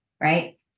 right